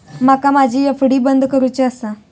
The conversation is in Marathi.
माका माझी एफ.डी बंद करुची आसा